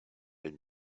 aime